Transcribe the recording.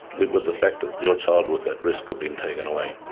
live with the fact that your child was at risk of being taken away.